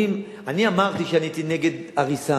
אני אמרתי שאני הייתי נגד הריסה.